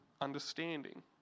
understanding